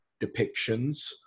depictions